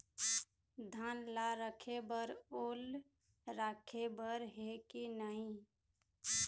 धान ला रखे बर ओल राखे बर हे कि नई?